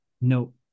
No